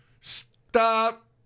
Stop